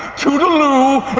toodle-oo!